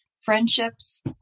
friendships